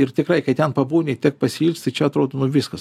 ir tikrai kai ten pabūni tiek pasiilgsti čia atrodo nu viskas